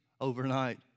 overnight